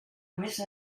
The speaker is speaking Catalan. més